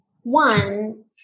One